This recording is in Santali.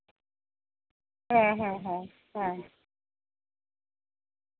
ᱦᱮᱸ ᱦᱮᱸ ᱦᱮᱸ